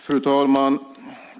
Fru talman!